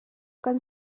kan